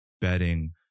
bedding